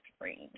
range